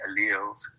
alleles